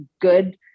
good